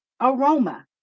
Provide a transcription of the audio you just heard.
aroma